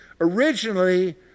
originally